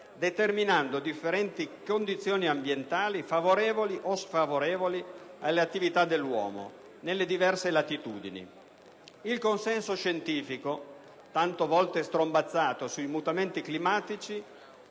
determinando differenti condizioni ambientali favorevoli o sfavorevoli alle attività dell'uomo nelle diverse latitudini. Il consenso scientifico sui mutamenti climatici,